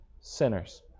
sinners